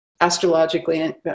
astrologically